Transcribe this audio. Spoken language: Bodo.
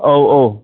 औ औ